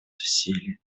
усилий